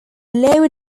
lower